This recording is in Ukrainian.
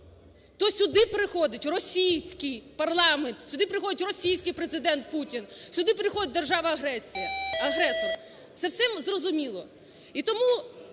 то сюди приходить російський парламент, сюди приходять російський президента Путін, сюди приходить держава-агресор. Це все зрозуміло.